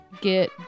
get